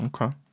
Okay